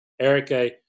Erica